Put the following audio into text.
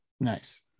Nice